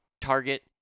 Target